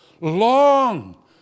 long